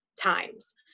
times